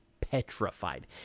petrified